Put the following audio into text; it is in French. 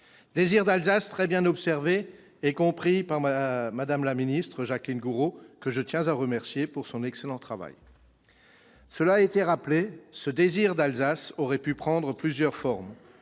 désir d'Alsace » a été très bien observé et compris par Mme la ministre, Jacqueline Gourault, que je tiens à remercier de son excellent travail. Ainsi que cela a été rappelé, ce désir aurait pu prendre plusieurs formes.